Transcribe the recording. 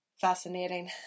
Fascinating